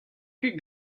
ket